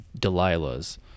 delilah's